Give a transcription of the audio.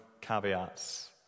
caveats